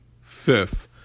fifth